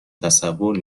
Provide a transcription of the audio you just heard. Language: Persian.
تصور